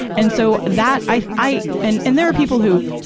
and so, that, i, i, and, and there are people who,